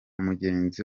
mugenzi